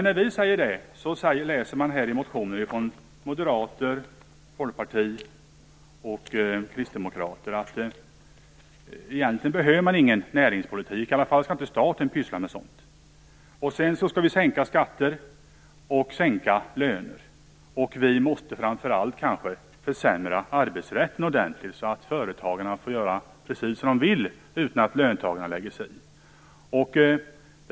När vi i Vänsterpartiet säger det kan man läsa i motioner från moderater, folkpartister och kristdemokrater att man egentligen inte behöver någon näringspolitik, och att staten i alla fall inte skall pyssla med sådant. De menar att vi skall sänka skatter och löner, och att vi kanske framför allt måste försämra arbetsrätten ordentligt så att företagarna får göra precis hur de vill utan att löntagarna lägger sig i.